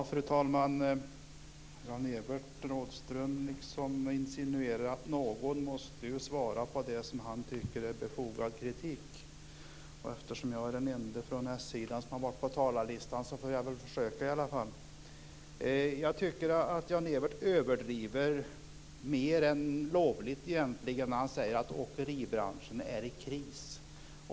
Fru talman! Jan-Evert Rådhström insinuerar att någon måste svara på det som han tycker är befogad kritik. Eftersom jag är den ende från s-sidan på talarlistan får jag väl försöka. Jag tycker att Jan-Evert Rådhström mer än lovligt överdriver när han säger att åkeribranschen är i kris.